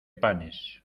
panes